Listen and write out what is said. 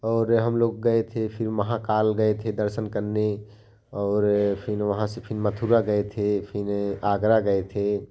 और हम लोग गए थे फ़िर महाकाल गए थे दर्शन करने और फ़िर वहाँ से फ़िर मथुरा गए थे फ़िर आगरा गए थे